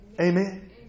Amen